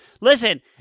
listen